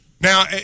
Now